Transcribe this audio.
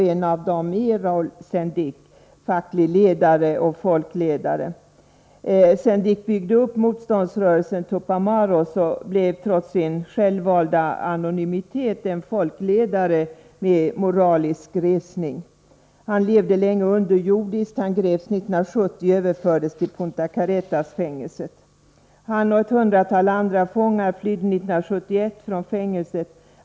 En av dem är Raul Sendic, facklig ledare och folkledare. Sendic byggde upp motståndsrörelsen Tupamaros och blev trots sin självvalda anonymitet en folkledare med moralisk resning. Sendic levde länge underjordiskt. Han greps 1970 och överfördes till Punta Carretas-fängelset. Tillsammans med ett hundratal andra fångar flydde han 1971 från fängelset.